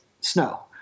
snow